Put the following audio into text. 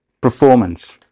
performance